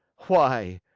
why,